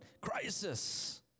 crisis